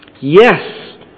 Yes